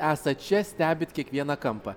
esat čia stebit kiekvieną kampą